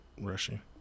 rushing